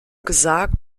gesagt